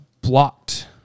blocked